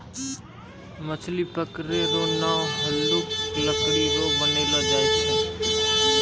मछली पकड़ै रो नांव हल्लुक लकड़ी रो बनैलो जाय छै